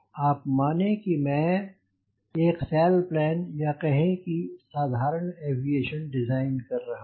आप माने की मैं एक सैलप्लेन या कहें कि साधारण एविएशन डिज़ाइन कर रहा हूँ